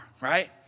right